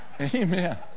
Amen